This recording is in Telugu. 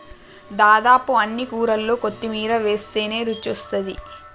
దాదాపు అన్ని కూరల్లో కొత్తిమీర వేస్టనే రుచొస్తాది